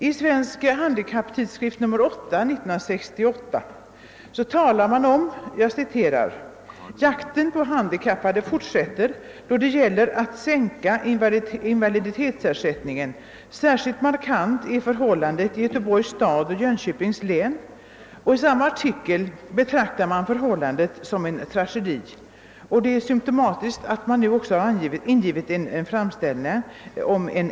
I Svensk Handikapptidskrift nr 8/1968 skriver man bland annat: »Jakten på handikappade fortsätter då det gäller att sänka invaliditetsersättningen. Särskilt markant är förhållandet i Göteborgs stad och Jönköpings län.» I samma artikel kallar man förhållandena för en tragedi. Det är också symptomatiskt att man har ingivit en framställning om ändring.